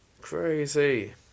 Crazy